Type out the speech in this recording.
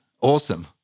Awesome